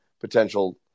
potential